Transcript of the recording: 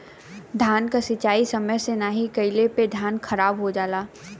धान के सिंचाई समय से नाहीं कइले पे धान खराब हो जाला